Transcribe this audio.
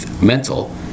mental